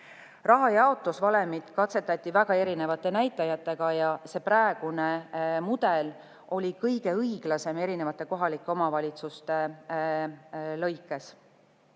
Rahajaotusvalemit katsetati väga erinevate näitajatega ja see praegune mudel oli kõige õiglasem erinevate kohalike omavalitsuste